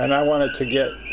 and i want it to get